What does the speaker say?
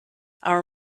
our